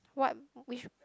what which